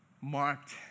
marked